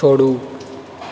छोड़ू